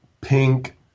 pink